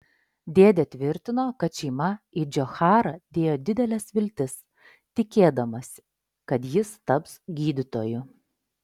dėdė tvirtino kad šeima į džocharą dėjo dideles viltis tikėdamasi kad jis taps gydytoju